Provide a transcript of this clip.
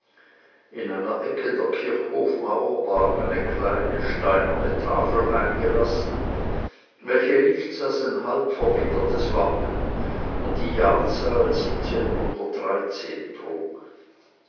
in einer ecke der kirchhofmauer war eine kleine steinerne tafel eingelassen welche nichts als ein halbverwittertes wappen und die jahrzahl trug